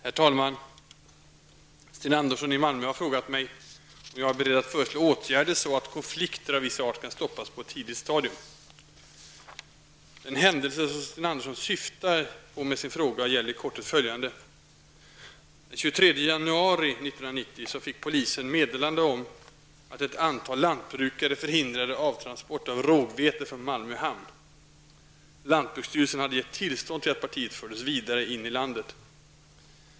Herr talman! Sten Andersson i Malmö har frågat mig om jag är beredd att föreslå åtgärder så att konflikter av viss art kan stoppas på ett tidigt stadium. Den händelse som Sten Andersson syftar på med sin fråga gäller i korthet följande. Den 23 januari 1990 fick polisen meddelande om att ett antal lantbrukare förhindrade avtransport av rågvete från Malmö hamn. Lantbruksstyrelsen hade gett tillstånd till att partiet fördes vidare in i landet.